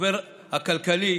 המשבר הכלכלי,